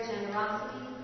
Generosity